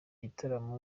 gitaramo